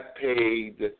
paid